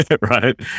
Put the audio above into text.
right